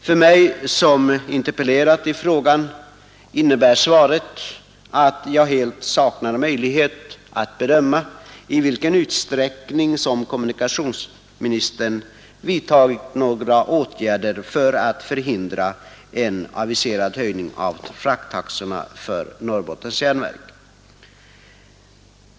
För mig som interpellerat i frågan innebär svaret att jag helt saknar möjlighet att bedöma i vilken utsträckning som kommunikationsministern vidtagit några åtgärder för att förhindra en aviserad förhöjning av frakttaxorna för Norrbottens Järnverk.